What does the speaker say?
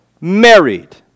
married